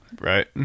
Right